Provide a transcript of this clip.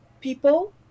people